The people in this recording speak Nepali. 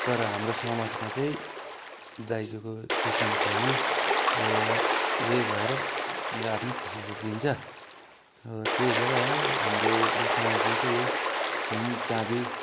तर हाम्रो समाजमा चाहिँ दाइजोको सिस्टम छैन र यही भएर र आफ्नै खुसीले दिन्छ र त्यही भएर है हाम्रो समाजमा चाहिँ यही सुन चाँदी